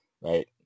right